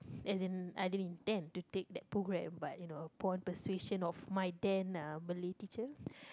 as in I didn't intend to take that program but you know upon persuasion of my then uh Malay teacher